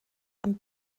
and